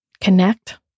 connect